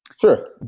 Sure